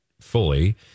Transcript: fully